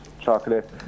chocolate